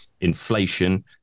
inflation